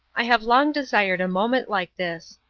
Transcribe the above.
i have long desired a moment like this.